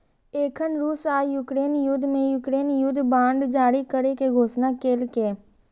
एखन रूस आ यूक्रेन युद्ध मे यूक्रेन युद्ध बांड जारी करै के घोषणा केलकैए